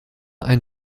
ein